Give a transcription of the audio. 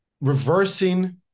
reversing